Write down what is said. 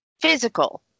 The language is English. physical